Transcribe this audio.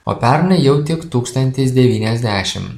o pernai jau tik tūkstantis devyniasdešim